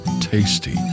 tasty